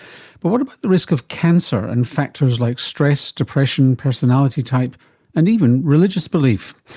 but what about the risk of cancer and factors like stress, depression, personality type and even religious belief?